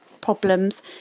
problems